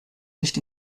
nicht